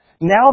Now